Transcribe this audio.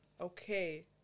Okay